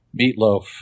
meatloaf